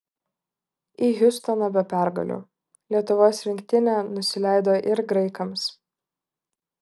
į hjustoną be pergalių lietuvos rinktinė nusileido ir graikams